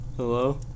hello